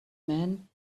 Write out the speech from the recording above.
man